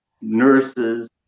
nurses